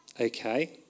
okay